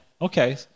Okay